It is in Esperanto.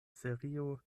serio